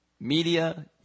Media